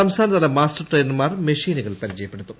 സംസ്ഥാനതല മാസ്റ്റർ ട്രെയിനർമാർ മെഷീനുകൾ നിന്നു പരിചയപ്പെടുത്തും